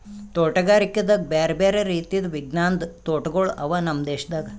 ತೋಟಗಾರಿಕೆದಾಗ್ ಬ್ಯಾರೆ ಬ್ಯಾರೆ ರೀತಿದು ವಿಜ್ಞಾನದ್ ತೋಟಗೊಳ್ ಅವಾ ನಮ್ ದೇಶದಾಗ್